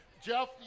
Jeff